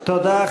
תודה.